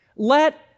Let